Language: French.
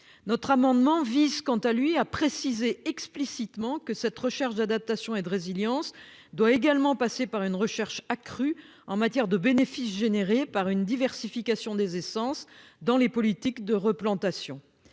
Cet amendement vise, quant à lui, à préciser explicitement que cette recherche d'adaptation et de résilience doit également passer par une recherche accrue sur les bénéfices induits par une diversification des essences dans les politiques de replantation.